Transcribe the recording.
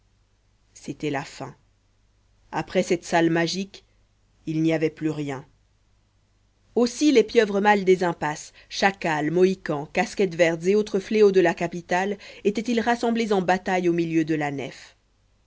c'était la fin après cette salle magique il n'y avait plus rien aussi les pieuvres mâles des impasses chacals mohicans casquettes vertes et autres fléaux de la capitale étaient-ils rassemblés en bataille au milieu de la nef